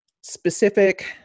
specific